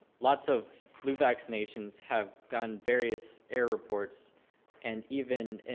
lots of flu vaccinations have gotten various error reports and even